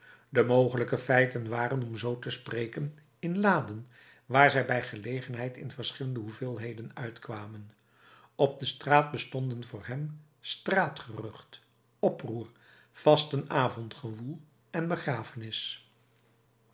de mogelijke feiten waren om zoo te spreken in laden waar zij bij gelegenheid in verschillende hoeveelheden uitkwamen op de straat bestonden voor hem straatgerucht oproer vastenavondgewoel en begrafenis